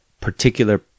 particular